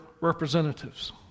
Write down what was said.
representatives